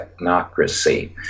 technocracy